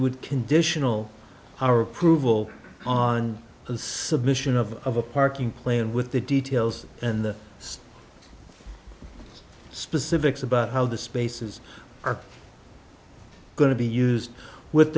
would conditional our approval on the submission of a parking plan with the details and the specifics about how the spaces are going to be used with